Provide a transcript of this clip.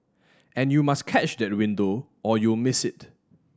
and you must catch that window or you'll miss it